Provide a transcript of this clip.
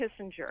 Kissinger